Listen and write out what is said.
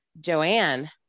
Joanne